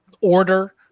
order